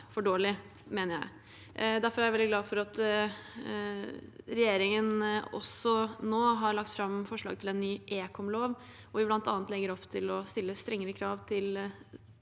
for dårlig. Derfor er jeg veldig glad for at regjeringen nå har lagt fram forslag til en ny ekomlov, hvor vi bl.a. legger opp til å stille strengere krav til